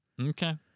Okay